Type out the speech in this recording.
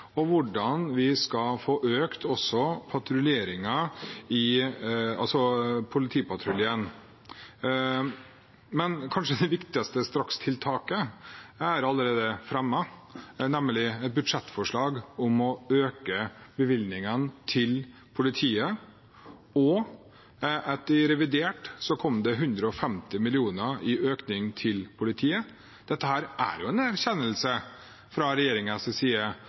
og hvordan vi også skal få økt politipatruljen. Det kanskje viktigste strakstiltaket er allerede fremmet – nemlig et budsjettforslag om å øke bevilgningene til politiet, og i revidert kom det 150 mill. kr i økning til politiet. Dette er jo en erkjennelse fra regjeringens side